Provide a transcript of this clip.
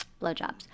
Blowjobs